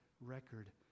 record